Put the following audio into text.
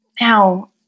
Now